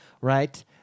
right